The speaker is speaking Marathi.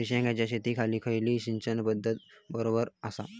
मिर्षागेंच्या शेतीखाती कसली सिंचन पध्दत बरोबर आसा?